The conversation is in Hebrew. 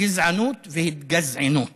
גזענות והתגזענות.